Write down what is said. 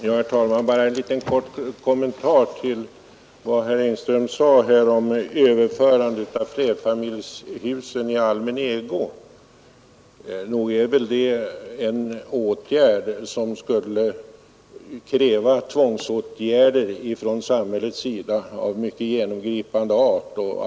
Herr talman! Bara en liten kort kommentar till vad herr Engström sade här om överförande av flerfamiljhusen i allmän ägo. Nog är det väl en åtgärd som skulle kräva tvångsåtgärder av mycket genomgripande art från samhällets sida.